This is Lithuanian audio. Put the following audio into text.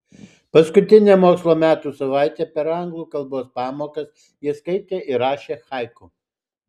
paskutinę mokslo metų savaitę per anglų kalbos pamokas jie skaitė ir rašė haiku